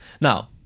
now